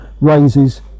raises